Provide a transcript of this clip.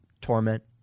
torment